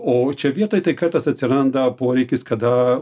o čia vietoj tai kartais atsiranda poreikis kada